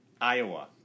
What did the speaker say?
Iowa